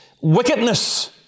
wickedness